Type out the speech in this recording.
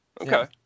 okay